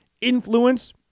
influence